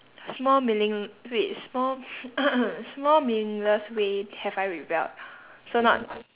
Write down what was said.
small meaning~ wait small small meaningless way have I rebelled so not